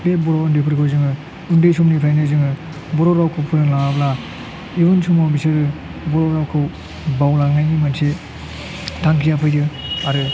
बे बर' उन्दैफोरखौ जोङो उन्दै समनिफ्रायनो जोङो बर' रावखौ फोरोंलाङाब्ला इउन समाव बिसोरो बर' रावखौ बावलांनायनि मोनसे थांखिया फैयो आरो